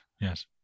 yes